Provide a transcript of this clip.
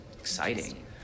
exciting